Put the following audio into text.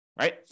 right